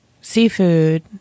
seafood